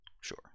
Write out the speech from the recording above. Sure